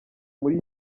muri